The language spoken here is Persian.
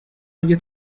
اگه